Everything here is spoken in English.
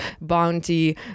Bounty